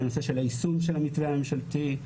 הנושא של יישום המתווה הממשלתי,